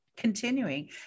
continuing